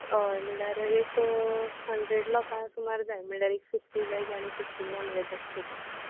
हय म्हळ्यार एक हंड्रेड लोकां सुमार जाय म्हणल्यार एक फिफ्टी वॅज आनी फिफ्टी नॉन वॅज अशें करून